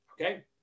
Okay